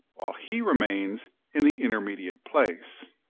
while he remains in the intermediate place.